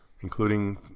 including